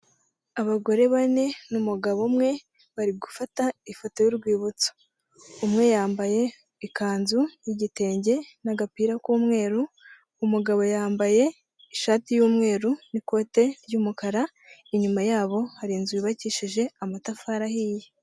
Abagore bane n'umugabo umwe bari gufata ifoto y'urwibutso, umwe yambaye ikanzu y'igitenge n'agapira k'umweru, umugabo yambaye ishati y'umweru n'ikote ry'umukara, inyuma yabo hari inzu yubakishije amatafari ahiye.